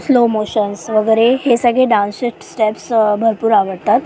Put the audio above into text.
slow motions वगैरे हे सगळे डांसचे स्टेप्स भरपूर आवडतात